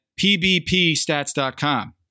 pbpstats.com